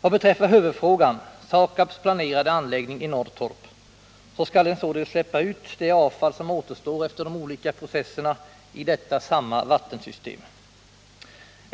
Vad beträffar huvudfrågan, SAKAB:s planerade anläggning i Norrtorp, är det så att man från denna anläggning skall släppa ut det avfall som återstår efter de olika processerna i det nämnda vattensystemet.